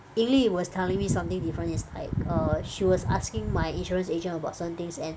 Yi Li was telling me something different it's like err she was asking my insurance agent about certain things and